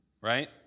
right